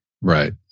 right